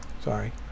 sorry